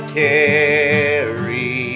carry